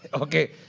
Okay